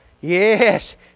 Yes